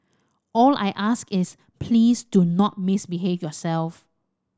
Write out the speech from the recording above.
all I ask is please do not misbehave yourself